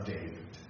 David